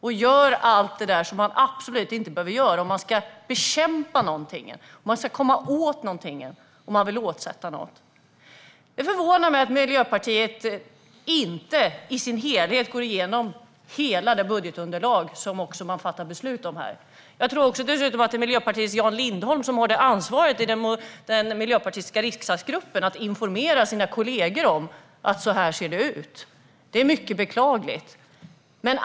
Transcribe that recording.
Man gör allt det man absolut inte ska göra om man vill bekämpa och komma åt någonting. Det förvånar mig att Miljöpartiet inte går igenom hela det budgetunderlag man fattar beslut om i sin helhet. Jag tror dessutom att det är Jan Lindholm som har ansvaret i den miljöpartistiska riksdagsgruppen att informera sina kollegor om hur det ser ut. Detta är mycket beklagligt.